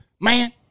Man